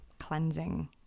cleansing